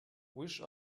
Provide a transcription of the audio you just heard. wish